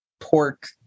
pork